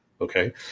Okay